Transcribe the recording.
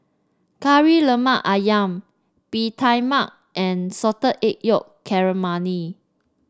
Kari Lemak ayam Bee Tai Mak and Salted Egg Yolk Calamari